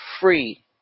free